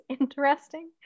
interesting